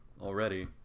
already